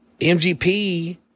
MGP